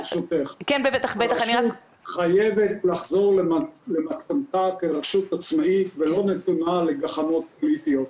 הרשות חייבת לחזור למתכונתה כרשות עצמאית ולא נתונה לגחמות פוליטיות.